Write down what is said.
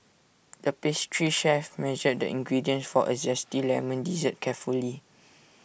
the pastry chef measured the ingredients for A Zesty Lemon Dessert carefully